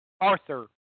Arthur